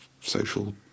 social